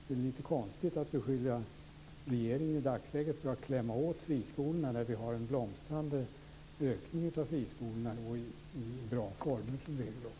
Det är lite konstigt att i dagsläget beskylla regeringen för att klämma åt friskolorna när vi har en så blomstrande ökning av friskolorna och dessutom i bra former.